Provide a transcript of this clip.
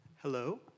Hello